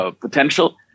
potential